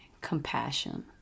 Compassion